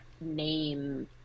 name